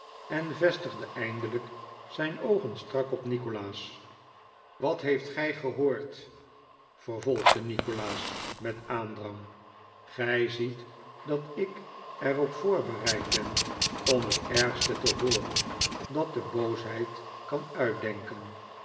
en vestigde eindelijk zijn oogen strak op nikolaas wat heeft hij gehoord vervolgde nikolaas met aandrang gij ziet dat ik er op voorbereid ben om het ergste te hooren dat de boosheid kan uitdenken